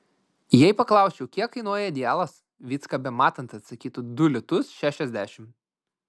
jeigu paklausčiau kiek kainuoja idealas vycka bemat atsakytų du litus šešiasdešimt